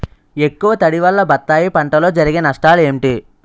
ఎక్కువ తడి వల్ల బత్తాయి పంటలో జరిగే నష్టాలేంటి?